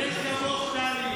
איזה חוק, איזו הצעת חוק.